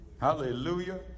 hallelujah